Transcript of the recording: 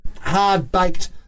hard-baked